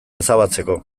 ezabatzeko